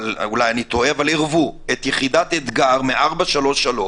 אולי אני טועה אבל עירבו את יחידת אתג"ר מ-433,